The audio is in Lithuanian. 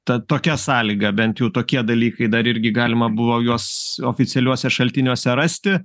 tad tokia sąlyga bent jau tokie dalykai dar irgi galima buvo juos oficialiuose šaltiniuose rasti